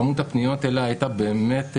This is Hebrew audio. כמות הפניות אליי הייתה מזערית,